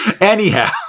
Anyhow